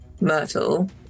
myrtle